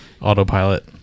Autopilot